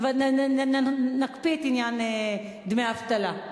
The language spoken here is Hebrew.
נקפיא את עניין דמי האבטלה.